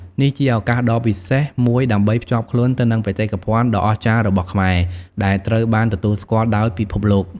នេះជា ឱកាសដ៏ពិសេសមួយដើម្បីភ្ជាប់ខ្លួនទៅនឹងបេតិកភណ្ឌដ៏អស្ចារ្យរបស់ខ្មែរ ដែលត្រូវបានទទួលស្គាល់ដោយពិភពលោក។